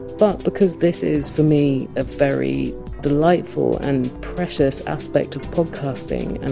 but because this is for me a very delightful and precious aspect of podcasting. and